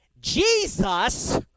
Jesus